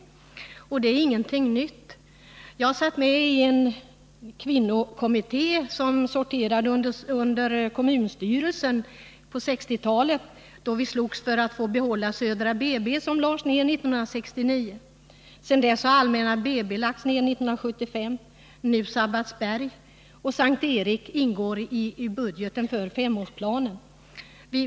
Det är heller inte någonting nytt. På 1960-talet satt jag med i en kvinnokommitté som sorterade under kommunstyrelsen, och då slogs vi för att få behålla Södra BB, som lades ner 1969. Sedan dess har Allmänna BB lagts ner 1975, och nu gäller det Sabbatsbergs kvinnoklinik. En nedläggning av kvinnokliniken på S:t Erik ingår i budgeten för femårsplanen.